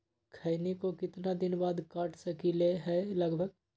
खैनी को कितना दिन बाद काट सकलिये है लगभग?